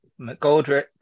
McGoldrick